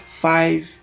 five